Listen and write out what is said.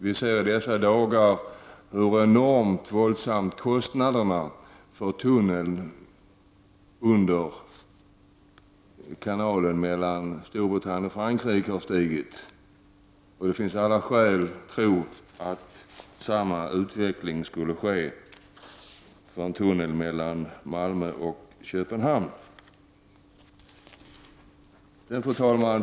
Vi ser i dessa dagar hur våldsamt kostnaderna för tunneln under kanalen mellan Storbritannien och Frankrike har stigit. Det finns all anledning att tro att samma utveckling skulle äga rum vid byggandet av en tunnel mellan Malmö och Köpenhamn. Fru talman!